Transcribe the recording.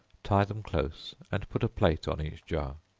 tie them close and put a plate on each jar.